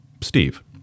Steve